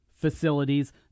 facilities